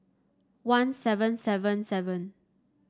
one seven seven seven